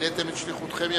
מילאתם את שליחותכם יפה.